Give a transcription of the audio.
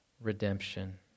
redemption